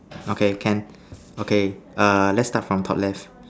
okay can okay err let's start from top left